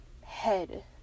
head